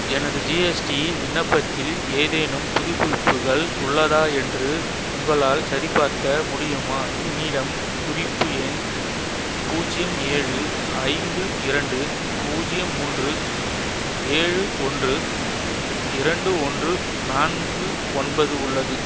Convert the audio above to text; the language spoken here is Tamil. எனது ஜிஎஸ்டி விண்ணப்பத்தில் ஏதேனும் புதுப்பிப்புகள் உள்ளதா என்று உங்களால் சரிபார்க்க முடியுமா என்னிடம் குறிப்பு எண் பூஜ்ஜியம் ஏழு ஐந்து இரண்டு பூஜ்ஜியம் மூன்று ஏழு ஒன்று இரண்டு ஒன்று நான்கு ஒன்பது உள்ளது